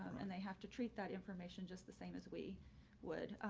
and they have to treat that information just the same as we would,